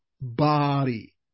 body